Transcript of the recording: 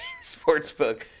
sportsbook